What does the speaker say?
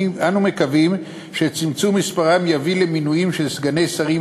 אנו מקווים שצמצום מספרם יביא למינוים של סגני שרים